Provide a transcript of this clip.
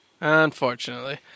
Unfortunately